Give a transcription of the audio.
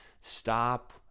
stop